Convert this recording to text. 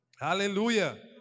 Hallelujah